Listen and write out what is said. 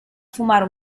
fumare